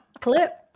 clip